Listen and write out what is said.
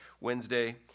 Wednesday